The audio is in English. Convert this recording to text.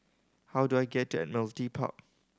how do I get to Admiralty Park